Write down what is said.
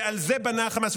ועל זה בנה חמאס.